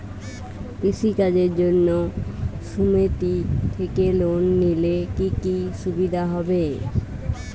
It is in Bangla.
কৃষি কাজের জন্য সুমেতি থেকে লোন নিলে কি কি সুবিধা হবে?